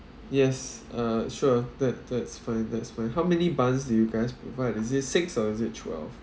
yes uh sure that that's fine that's fine how many buns do you guys provide is it six or is it twelve